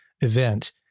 event